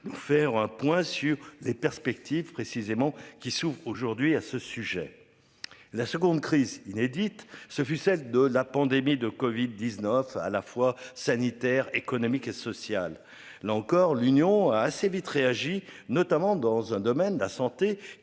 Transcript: nous faire un point sur les perspectives précisément qui s'ouvre aujourd'hui à ce sujet. La seconde crise inédite. Ce fut celle de la pandémie de Covid-19. À la fois, sanitaire, économique et social, là encore, l'Union a assez vite réagi, notamment dans un domaine de la santé